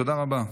תודה רבה.